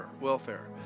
Welfare